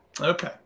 Okay